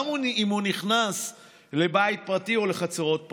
גם אם הוא נכנס לבית פרטי או לחצרות פרטיות.